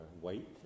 white